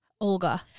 Olga